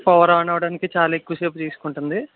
power on అవ్వడానికి చాలా ఎక్కువసేపు తీసుకుంటుంది